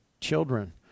children